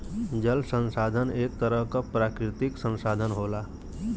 जल संसाधन एक तरह क प्राकृतिक संसाधन होला